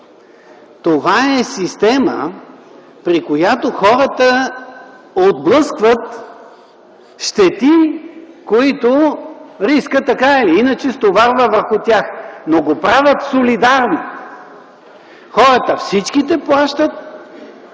Това е система, при която хората отблъскват щети, които рискът така или иначе стоварва върху тях, но го правят солидарно. Всички хора плащат,